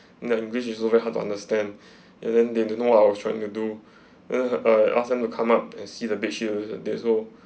their english is so very hard to understand and then they didn't know what I was trying to do and I asked them to come up and see the bedsheet with uh this hole